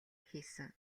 хийсэн